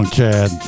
Chad